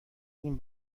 این